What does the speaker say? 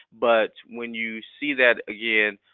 but when you see that again,